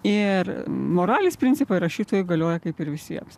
ir moralės principai rašytojui galioja kaip ir visiems